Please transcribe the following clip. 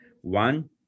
One